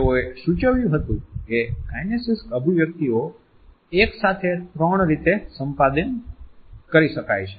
તેઓ એ સૂચવ્યું હતું કે કાઈનેસીક્સ અભિવ્યક્તિઓ એક સાથે ત્રણ રીતે સંપાદિત કરી શકાય છે